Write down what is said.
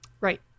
Right